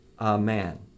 amen